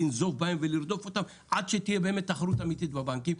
לנזוף בהם ולרדוף אותם עד שתהיה באמת תחרות אמיתית בבנקים?